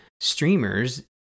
streamers